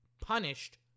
punished